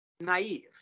naive